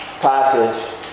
passage